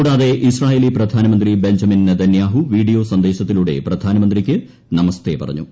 കൂടാതെ ഇസ്രായേലി പ്രധാനമന്ത്രി Benjamin Netanyahu video സന്ദേശത്തിലൂടെ പ്രധാനമന്ത്രിക്ക് നമസ്തെ പറഞ്ഞു